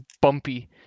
bumpy